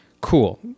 cool